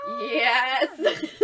yes